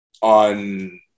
on